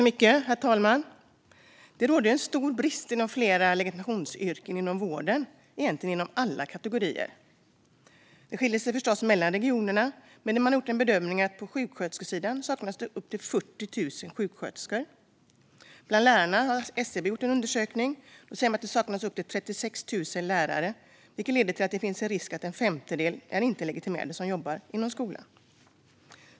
Herr talman! Det råder stor brist inom flera legitimationsyrken i vården, egentligen inom alla kategorier. Det skiljer sig mellan regionerna, men en bedömning är att det saknas upp mot 40 000 sjuksköterskor. I skolan saknas det enligt en undersökning som SCB gjort upp mot 36 000 lärare, vilket gör att det finns risk att en femtedel som jobbar i skolan inte är legitimerade.